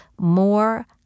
more